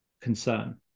concern